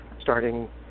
starting